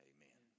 Amen